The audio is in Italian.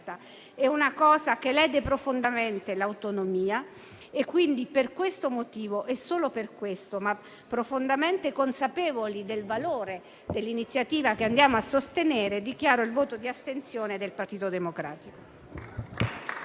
Ciò ne lede profondamente l'autonomia e pertanto, solo per questo motivo, ma profondamente consapevoli del valore dell'iniziativa che andiamo a sostenere, dichiaro il voto di astensione del Partito Democratico.